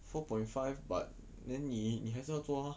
four point five but then 你你还是要做 ah